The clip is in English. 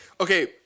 okay